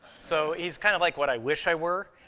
so he's kind of like what i wish i were,